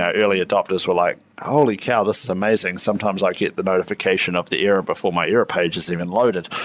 ah early adopters were like, holy cow! this is amazing. sometimes i get the notification of the error before my error page has even loaded.